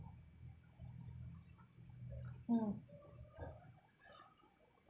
mm